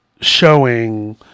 showing